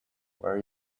where